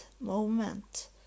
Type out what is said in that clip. moment